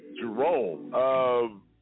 jerome